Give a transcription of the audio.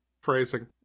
Phrasing